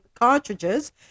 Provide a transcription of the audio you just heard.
cartridges